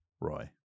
Roy